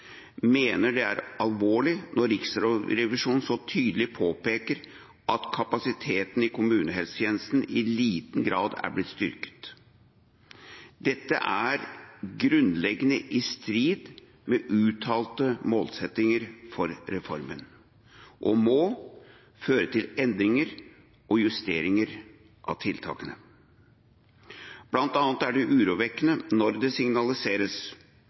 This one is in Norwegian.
mener det er alvorlig når Riksrevisjonen så tydelig påpeker at kapasiteten i kommunehelsetjenesten i liten grad er blitt styrket. Dette er grunnleggende i strid med uttalte målsettinger for reformen og må føre til endringer og justeringer av tiltakene. Blant annet er det urovekkende når det signaliseres